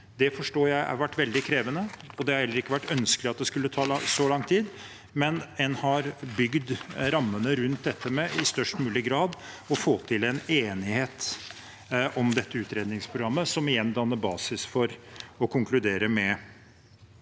jeg har vært veldig krevende, og det har heller ikke vært ønskelig at det skulle ta så lang tid, men en har bygd rammene rundt dette med i størst mulig grad å få til en enighet om dette utredningsprogrammet, som igjen danner basis for å konkludere med